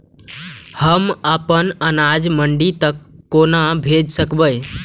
हम अपन अनाज मंडी तक कोना भेज सकबै?